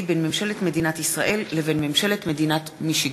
בין ממשלת מדינת ישראל לבין ממשלת מדינת מישיגן.